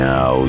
Now